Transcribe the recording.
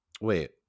wait